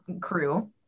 crew